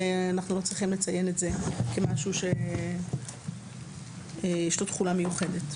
ואנחנו לא צריכים לציין את זה כמשהו שיש לו תכונה מיוחדת.